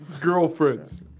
girlfriends